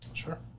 Sure